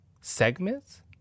Segments